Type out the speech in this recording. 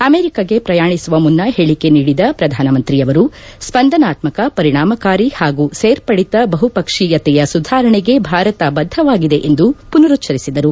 ಅಮೆರಿಕಗೆ ಪ್ರಯಾಣಿಸುವ ಮುನ್ನ ಹೇಳಕೆ ನೀಡಿದ ಪ್ರಧಾನಮಂತ್ರಿಯವರು ಸ್ಸಂದನಾತ್ತಕ ಪರಿಣಾಮಕಾರಿ ಹಾಗೂ ಸೇರ್ಪಡಿತ ಬಹುಪಕ್ಷೀಯತೆಯ ಸುಧಾರಣೆಗೆ ಭಾರತ ಬಧ್ಧವಾಗಿದೆ ಎಂದು ಪುನರುಚ್ಧರಿಸಿದರು